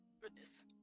Goodness